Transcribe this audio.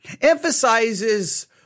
emphasizes